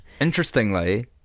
Interestingly